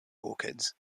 orchids